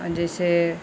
जैसे